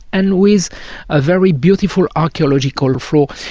and with a very beautiful archaeological floor,